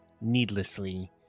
needlessly